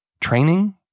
training